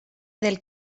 del